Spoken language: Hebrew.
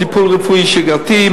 טיפול רפואי שגרתי,